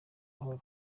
mahoro